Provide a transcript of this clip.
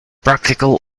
practical